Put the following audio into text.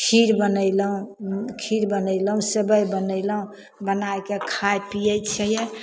खीर बनेलहुँ खीर बनेलहुँ सेबइ बनेलहुँ बनायके खाय पीयै छियै